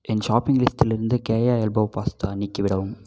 என் shopping லிஸ்டிலிருந்து Keya elbow pasta நீக்கிவிடவும்